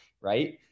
Right